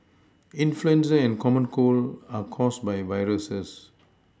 influenza and the common cold are caused by viruses